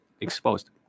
Exposed